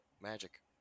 magic